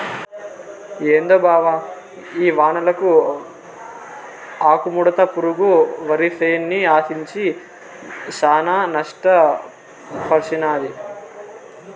ఏందో బావ ఈ వానలకు ఆకుముడత పురుగు వరిసేన్ని ఆశించి శానా నష్టపర్సినాది